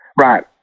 Right